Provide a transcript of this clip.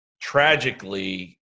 tragically